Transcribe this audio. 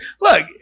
look